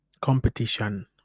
competition